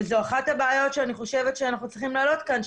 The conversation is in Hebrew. זו אחת הבעיות שאנחנו צריכים להעלות כאן.